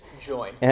Join